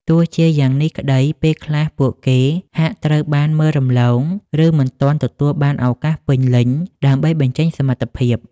ទោះជាយ៉ាងនេះក្តី ពេលខ្លះពួកគេហាក់ត្រូវបានមើលរំលង ឬមិនទាន់ទទួលបានឱកាសពេញលេញដើម្បីបញ្ចេញសមត្ថភាព។